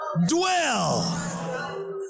Dwell